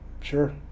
sure